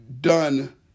done